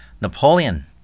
Napoleon